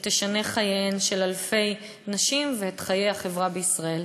שתשנה את חייהן של אלפי נשים ואת חיי החברה בישראל.